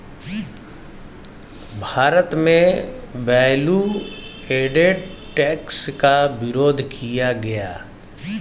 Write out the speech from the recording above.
भारत में value added tax का विरोध किया गया